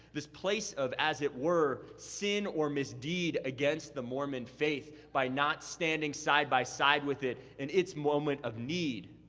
this place of as it were, sin or misdeed against the mormon faith by not standing side by side with it in its moment of need.